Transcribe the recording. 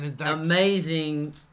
Amazing